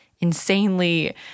insanely